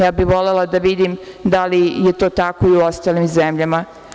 Ja bi volela da vidim da li je to tako i u ostalim zemljama.